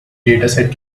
dataset